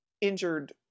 injured